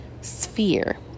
sphere